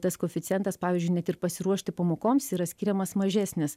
tas koeficientas pavyzdžiui net ir pasiruošti pamokoms yra skiriamas mažesnis